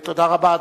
תודה רבה.